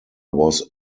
was